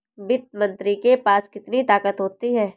वित्त मंत्री के पास कितनी ताकत होती है?